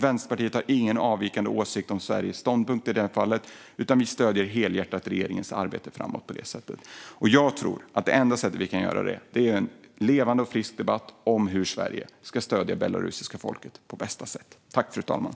Vänsterpartiet har ingen avvikande åsikt om Sveriges ståndpunkt i detta fall, utan vi stöder helhjärtat regeringens arbete framåt. Det enda sättet för att komma framåt är att ha en levande och frisk debatt om hur Sverige på bästa sätt kan stödja det belarusiska folket.